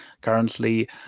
currently